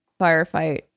firefight